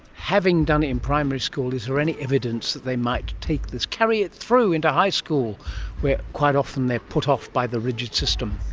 having done it in primary school, is there any evidence that they might take this, carry it through into high school where quite often they're put off by the rigid system?